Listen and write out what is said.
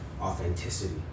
authenticity